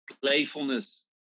playfulness